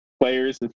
players